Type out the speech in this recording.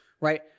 right